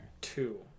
two